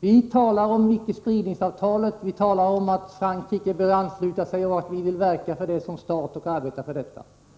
Vi talar om icke-spridningsavtalet och säger att Frankrike bör ansluta sig till detta och att Sverige som stat vill verka för det.